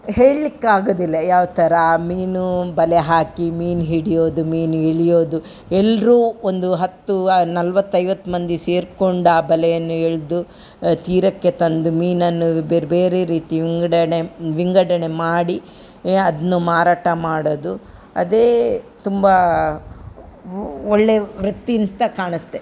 ಹೇಳ್ಲಿಕ್ಕಾಗದಿಲ್ಲ ಯಾವ್ಥರ ಮೀನೂ ಬಲೆ ಹಾಕಿ ಮೀನು ಹಿಡಿಯೋದು ಮೀನು ಎಳಿಯೋದು ಎಲ್ಲರು ಒಂದು ಹತ್ತು ನಲ್ವತ್ತೈವತ್ತು ಮಂದಿ ಸೇರ್ಕೊಂಡಾ ಬಲೆಯನ್ನು ಎಳ್ದು ತೀರಕ್ಕೆ ತಂದು ಮೀನನ್ನು ಬೇರೆ ಬೇರೆ ರೀತಿ ವಿಂಗಡಣೆ ವಿಂಗಡಣೆ ಮಾಡಿ ಅದನ್ನು ಮಾರಾಟ ಮಾಡೋದು ಅದೇ ತುಂಬಾ ಒಳ್ಳೆಯ ವೃತ್ತಿಂತ ಕಾಣತ್ತೆ